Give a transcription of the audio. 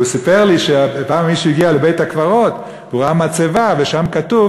והוא סיפר לי שפעם מישהו הגיע לבית-הקברות והוא ראה מצבה ושם כתוב: